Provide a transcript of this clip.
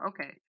okay